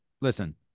Listen